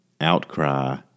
outcry